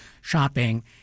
shopping